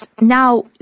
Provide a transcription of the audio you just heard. Now